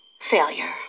failure